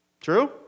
True